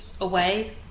away